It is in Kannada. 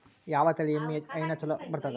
ಯಾವ ತಳಿ ಎಮ್ಮಿ ಹೈನ ಚಲೋ ಬರ್ತದ?